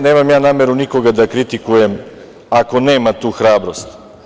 Nemam ja nameru nikoga da kritikujem ako nema tu hrabrost.